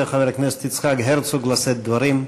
חבר הכנסת יצחק הרצוג לשאת דברים.